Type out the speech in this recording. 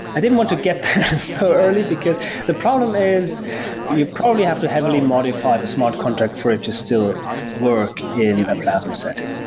i didn't want to get so early, because the problem is you probably have to heavily modify the smart contracts for it to still work in a plasma setting.